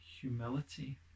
humility